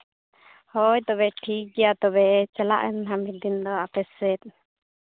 ᱦᱳᱭ ᱛᱚᱵᱮ ᱴᱷᱤᱠ ᱜᱮᱭᱟ ᱛᱚᱵᱮ ᱪᱟᱞᱟᱜ ᱟᱹᱧ ᱦᱟᱸᱜ ᱢᱤᱫ ᱫᱤᱱ ᱫᱚ ᱟᱯᱮ ᱥᱮᱫ